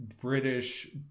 British